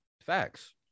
Facts